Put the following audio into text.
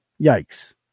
Yikes